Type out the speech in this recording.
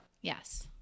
yes